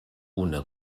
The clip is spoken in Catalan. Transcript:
una